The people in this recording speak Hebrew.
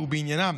ובעניינם